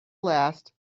last